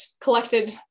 collected